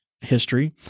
history